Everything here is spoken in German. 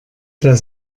der